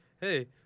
Hey